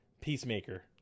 Peacemaker